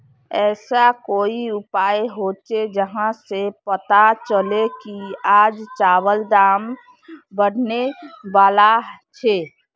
ऐसा कोई उपाय होचे जहा से पता चले की आज चावल दाम बढ़ने बला छे?